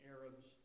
Arabs